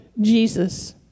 Jesus